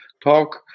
Talk